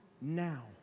now